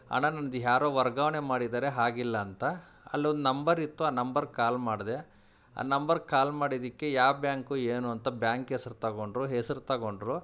ಹಣ ನಂದು ಯಾರೋ ವರ್ಗಾವಣೆ ಮಾಡಿದ್ದಾರೆ ಆಗಿಲ್ಲ ಅಂತ ಅಲ್ಲಿ ಒಂದು ನಂಬರ್ ಇತ್ತು ಆ ನಂಬರಿಗೆ ಕಾಲ್ ಮಾಡಿದೆ ಆ ನಂಬರಿಗೆ ಕಾಲ್ ಮಾಡಿದಕ್ಕೆ ಯಾವ ಬ್ಯಾಂಕು ಏನು ಅಂತ ಬ್ಯಾಂಕ್ ಹೆಸ್ರು ತಗೊಂಡರು ಹೆಸ್ರು ತಗೊಂಡರು